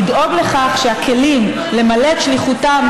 לדאוג לכך שהכלים שלהם למלא את שליחותם,